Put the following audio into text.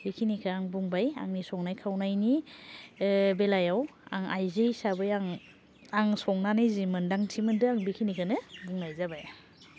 बेखिनिखौ आं बुंबाय आंनि संनाय खावनायनि बेलायाव आं आइजो हिसाबै आं आं संनानै जि मोन्दांथि मोन्दों आं बिखिनिखौनो बुंनाय जाबाय